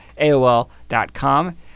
AOL.com